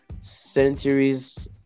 centuries